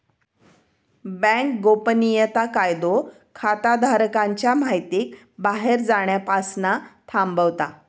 bank गोपनीयता कायदो खाताधारकांच्या महितीक बाहेर जाण्यापासना थांबवता